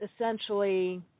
essentially